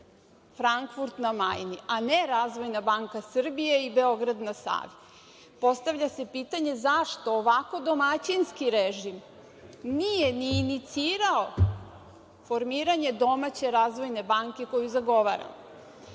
Frankfurt na Majni, a ne razvojna banka Srbije i Beograd na Savi. Postavlja se pitanje – zašto ovako domaćinski režim nije ni inicirao formiranje domaće razvojne banke koju zagovara?